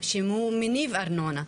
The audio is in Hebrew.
כשהוא מניב ארנונה,